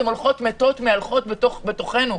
הן הולכות מתות מהלכות בתוכנו,